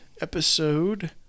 episode